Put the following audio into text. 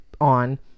on